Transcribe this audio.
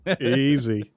Easy